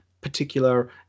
particular